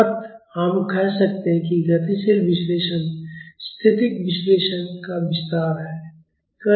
अतः हम कह सकते हैं कि गतिशील विश्लेषण स्थैतिक विश्लेषण का विस्तार है